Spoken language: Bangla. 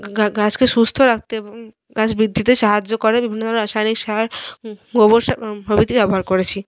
গাছকে সুস্থ রাখতে এবং গাছ বৃদ্ধিতে সাহায্য করে বিভিন্ন ধরনের রাসায়নিক সার গোবর সার প্রভৃতি ব্যবহার করেছি